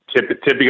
typical